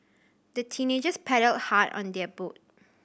the teenagers paddled hard on their boat